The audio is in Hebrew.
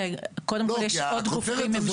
קודם כל יש עוד גופים ממשלתיים.